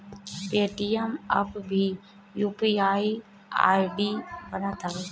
Paytm पअ भी UPI ID बनत हवे